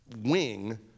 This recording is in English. wing